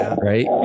right